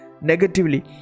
negatively